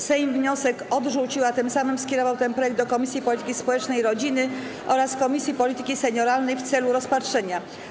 Sejm wniosek odrzucił, a tym samym skierował ten projekt do Komisji Polityki Społecznej i Rodziny oraz Komisji Polityki Senioralnej w celu rozpatrzenia.